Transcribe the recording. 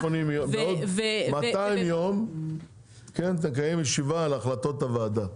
בעוד 180 ימים ובעוד 200 ימים נקיים ישיבה על החלטות הוועדה.